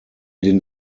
den